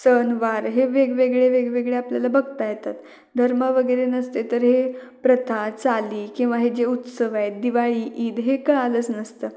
सणवार हे वेगवेगळे वेगवेगळे आपल्याला बघता येतात धर्म वगैरे नसते तर हे प्रथा चाली किंवा हे जे उत्सव आहे दिवाळी ईद हे कळालंच नसतं